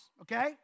okay